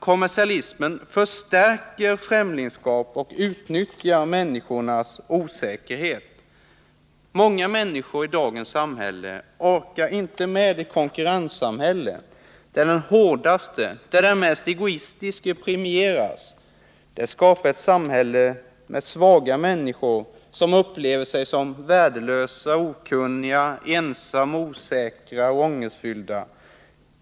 Kommersialismen förstärker främlingskap och utnyttjar människornas osäkerhet, heter det vidare. Många människor orkar inte med dagens konkurrenssamhälle, där den hårdaste, den mest egoistiske premieras. Ett sådant samhälle skapar svaga människor som upplever sig som värdelösa, okunniga, ensamma, osäkra och ångestfyllda.